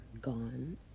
gone